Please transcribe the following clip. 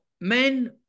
men